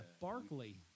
Barkley